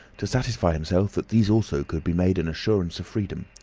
to satisfy himself that these also could be made an assurance of freedom.